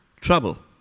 trouble